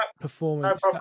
performance